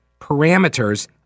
parameters